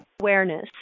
awareness